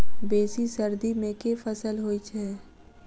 बेसी सर्दी मे केँ फसल होइ छै?